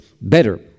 better